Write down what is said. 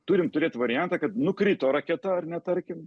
turim turėt variantą kad nukrito raketa ar ne tarkim